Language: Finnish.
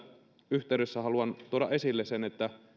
yhteydessä haluan tuoda esille sen että